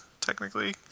technically